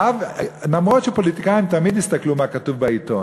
למרות שפוליטיקאים תמיד הסתכלו מה כתוב בעיתון,